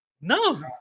No